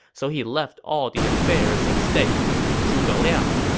so he left all the affairs of state to zhuge liang